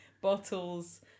bottles